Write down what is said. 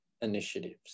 initiatives